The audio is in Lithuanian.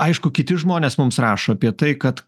aišku kiti žmonės mums rašo apie tai kad